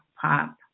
pop